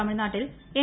തമിഴ്നാട്ടിൽ എം